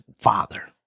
father